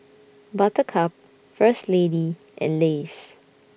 Buttercup First Lady and Lays